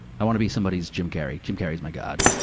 i wanna be somebody's jim carrey. jim carrey's my god.